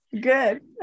Good